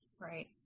Right